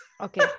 Okay